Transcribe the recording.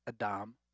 Adam